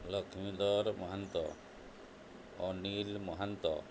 Lakshmidhar Mahanta Anil Mahanta